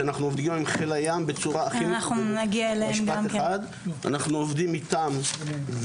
אנחנו עובדים עם חיל הים והם יחד איתנו בונים